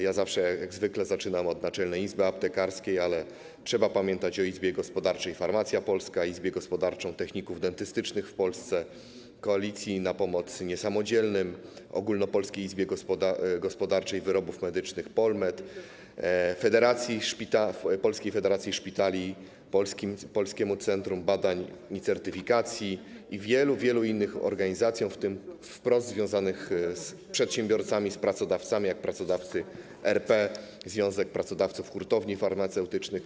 Jak zwykle zaczynam od Naczelnej Izby Aptekarskiej, ale trzeba pamiętać o Izbie Gospodarczej Farmacja Polska, Izbie Gospodarczej Techników Dentystycznych w Polsce, Koalicji ˝Na pomoc niesamodzielnym˝, Ogólnopolskiej Izbie Gospodarczej Wyrobów Medycznych POLMED, Polskiej Federacji Szpitali, Polskim Centrum Badań i Certyfikacji i wielu, wielu innych organizacjach, w tym wprost związanych z przedsiębiorcami, z pracodawcami, jak Pracodawcy RP i Związek Pracodawców Hurtowni Farmaceutycznych.